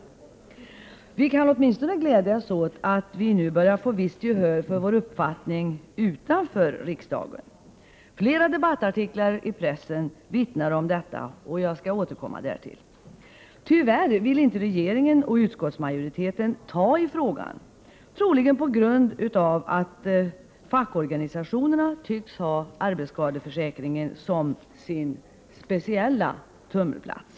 Vi kan åtminstone glädjas åt att vi börjar få visst gehör för vår uppfattning utanför riksdagen. Flera debattartiklar i pressen vittnar om detta, och jag skall återkomma därtill. Tyvärr vill inte regeringen och utskottsmajoriteten ”ta” i frågan, troligen på grund av att fackorganisationerna tycks ha arbetsskadeförsäkringen som sin speciella tummelplats.